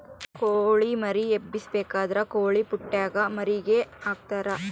ಕೊಳಿ ಮರಿ ಎಬ್ಬಿಸಬೇಕಾದ್ರ ಕೊಳಿಪುಟ್ಟೆಗ ಮರಿಗೆ ಹಾಕ್ತರಾ